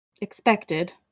expected